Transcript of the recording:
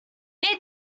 need